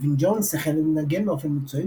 אלווין ג'ונס החל לנגן באופן מקצועי